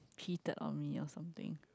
cheated on me or something